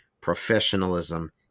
professionalism